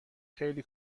خیلی